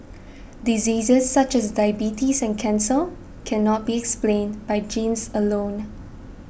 diseases such as diabetes and cancer cannot be explained by genes alone